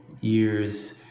years